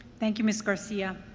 thank you, ms. garcia.